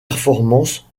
performances